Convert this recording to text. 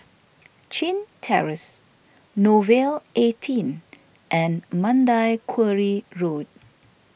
Chin Terrace Nouvel eighteen and Mandai Quarry Road